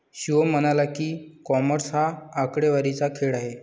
शिवम म्हणाला की, कॉमर्स हा आकडेवारीचा खेळ आहे